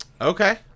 Okay